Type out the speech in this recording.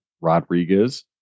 Rodriguez